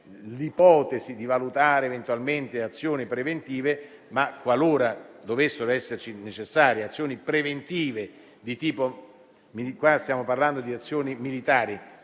l'ipotesi di valutare eventualmente azioni preventive. Qualora dovessero essere necessarie azioni preventive di tipo militare,